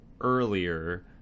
earlier